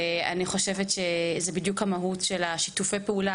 אני חושבת שזו בדיוק המהות של שיתופי הפעולה